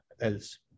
else